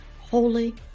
holy